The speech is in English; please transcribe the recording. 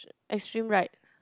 extreme right